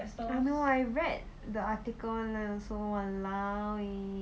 I know I read the article one lah so !walao! eh